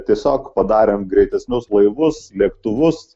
tiesiog padarėm greitesnius laivus lėktuvus